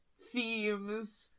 themes